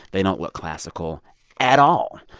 they don't want classical at all.